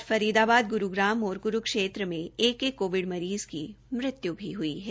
आज फरीदाबाद ग्रूग्राम और क्रूक्षेत्र में एक एक कोविड मरीज़ की मृत्य् भी हुई है